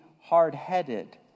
hard-headed